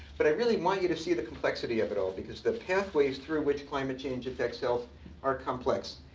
but i really want you to see the complexity of it all, because the pathways through which climate change affects cells are complex.